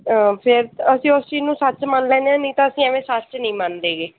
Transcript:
ਫਿਰ ਅਸੀਂ ਉਸ ਚੀਜ ਨੂੰ ਸੱਚ ਮੰਨ ਲੈਂਦੇ ਹਾਂ ਨਹੀਂ ਤਾਂ ਅਸੀਂ ਐਂਵੇ ਸੱਚ ਨਹੀਂ ਮੰਨਦੇ ਗੇ